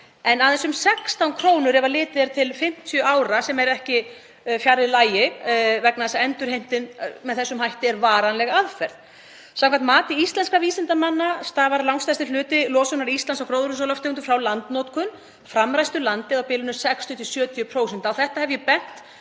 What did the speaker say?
en aðeins um 16 kr. ef litið er til 50 ára, sem er ekki fjarri lagi vegna þess að endurheimt með þessum hætti er varanleg aðferð. Samkvæmt mati íslenskra vísindamanna stafar langstærsti hluti losunar Íslands á gróðurhúsalofttegundum frá landnotkun, framræstu landi, á bilinu 60–70%. Á þetta hef ég bent